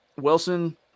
Wilson